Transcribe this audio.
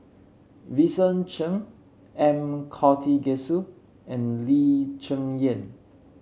Vincent Cheng M Karthigesu and Lee Cheng Yan